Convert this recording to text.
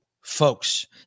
folks